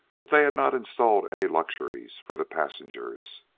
but they had not installed any luxuries for the passengers.